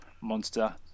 monster